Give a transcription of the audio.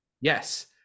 Yes